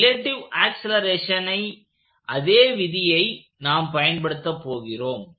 relative ஆக்சலேரேஷனை அதே விதியை நாம் பயன்படுத்த போகிறோம்